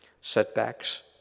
setbacks